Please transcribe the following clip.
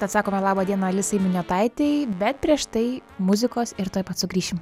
tad sakome laba diena alisai miniotaitei bet prieš tai muzikos ir tuoj pat sugrįšim